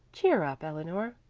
cheer up, eleanor.